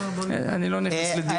אין צורך, אני לא נכנס לדיונים.